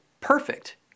perfect